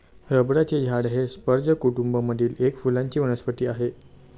रबराचे झाड हे स्पर्ज कुटूंब मधील एक फुलांची वनस्पती आहे